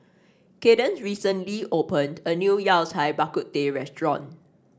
Cadence recently opened a new Yao Cai Bak Kut Teh restaurant